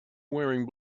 wearing